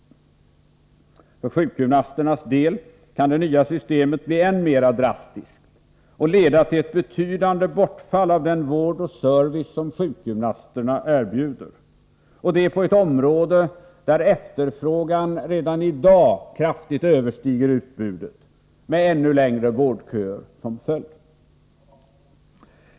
För sjukgymnasternas del kan det nya systemet bli än mera drastiskt och leda till ett betydande bortfall av den vård och service som sjukgymnasterna erbjuder, och det på ett område där efterfrågan redan i dag kraftigt överskrider utbudet, med ännu längre vårdköer som följd.